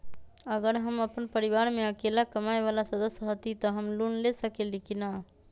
अगर हम अपन परिवार में अकेला कमाये वाला सदस्य हती त हम लोन ले सकेली की न?